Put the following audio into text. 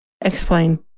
Explain